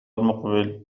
المقبل